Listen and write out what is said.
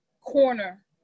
corner